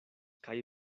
kaj